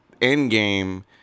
Endgame